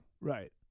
right